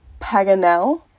paganel